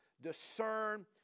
discern